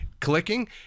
clicking